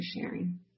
sharing